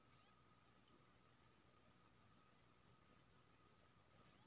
हम गेहूं के अधिक उपज के लेल केना पोषक तत्व के उपयोग करय सकेत छी?